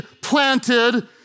planted